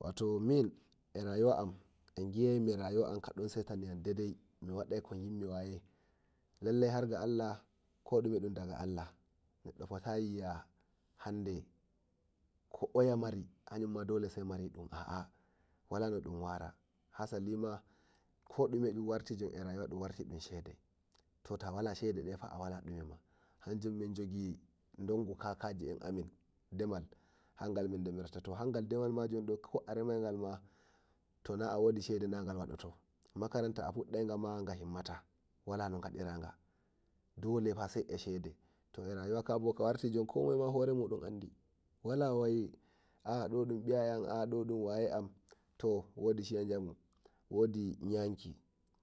Wato min egi aimi rayuwa am kadon setaniyam dedai miwai ko gimmi waye lallai Harga Allah ko dume dun daga Allah neddo fotayi wi'a hande ko oya mari hayunma dole sai maridun aa wala nodum wara hasalima ko dume e rayuwa dun warti dun shede defa a wala dume ma to hanjum min jogi dongu kakaji'en amin demal hangal min demirta to demal ma joni ko a remaima to tuna a wodi shede magal wadoto makaranta a fuddai gama ga timmata wala no gadiraga dole fa sai e shede to e rayuwa ka bo ka warti ko moye ma hore mun andi wala wai do dun biyaye am do dun waye am to wodi shiya jamu wodi yanki